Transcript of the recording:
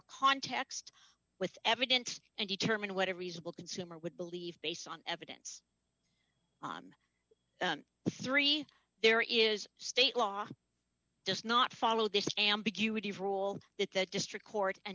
context with evidence and determine what a reasonable consumer would believe based on evidence three there is state law does not follow this ambiguity rule that the district court and